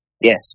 Yes